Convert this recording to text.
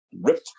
ripped